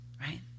right